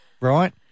right